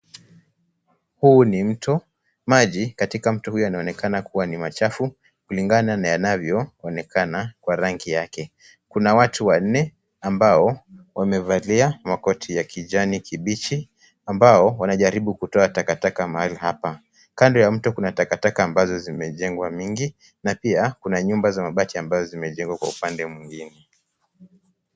Huu ni mto, maji katika mto huu yanaonekana kuwa ni machafu kulingana na yanavyoonekana kwa rangi yake. kuna watu wanne ambao wamevalia makoti ya kijani kibichi ambao wanajaribu kutoa takataka mahali hapa. Kando ya mto kuna takataka ambazo zimejengwa mingi na pia kuna nyumba za mabati ambazo zimejengwa kwa upande mwingine.